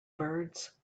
birds